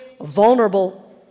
vulnerable